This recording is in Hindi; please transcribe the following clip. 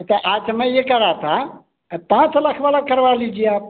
अ त मैं यह कह रहा था पाँच लाख वाला करवा लीजिए आप